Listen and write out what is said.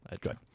good